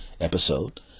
episode